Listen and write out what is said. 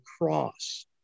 cross